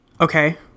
Okay